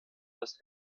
das